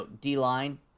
D-line